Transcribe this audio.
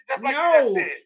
no